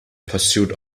pursuit